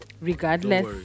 Regardless